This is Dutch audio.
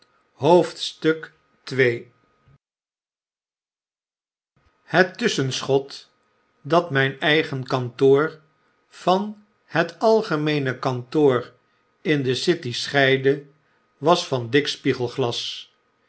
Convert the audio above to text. ii het tusschenschot dat mijn eigen kantoor van het algemeene kantoor in de city scheidde was van dik